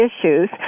issues